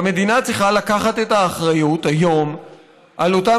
והמדינה צריכה לקחת את האחריות היום על אותם